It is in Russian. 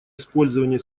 использования